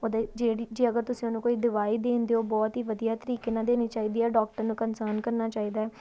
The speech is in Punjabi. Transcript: ਉਹਦੇ ਜਿਹੜੀ ਜੇ ਅਗਰ ਤੁਸੀਂ ਉਹਨੂੰ ਕੋਈ ਦਵਾਈ ਦੇਣ ਦਿਓ ਬਹੁਤ ਹੀ ਵਧੀਆ ਤਰੀਕੇ ਨਾਲ ਦੇਣੀ ਚਾਹੀਦੀ ਹੈ ਡਾਕਟਰ ਨੂੰ ਕੰਸਰਨ ਕਰਨਾ ਚਾਹੀਦਾ ਹੈ